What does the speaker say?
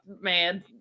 man